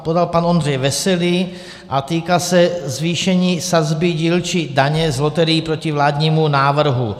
Podal ho pan Ondřej Veselý a týká se zvýšení sazby dílčí daně z loterií proti vládnímu návrhu.